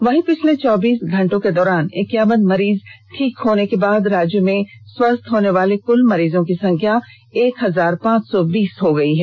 वहीं पिछले चौबीस घंटों के दौरान इक्कावन मरीज ठीक होने के बाद राज्य में स्वस्थ होने वाले कल मरीजों की संख्या एक हजार पांच सौ बीस हो गई है